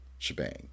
shebang